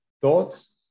Thoughts